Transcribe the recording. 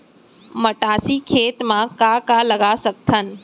मटासी खेत म का का लगा सकथन?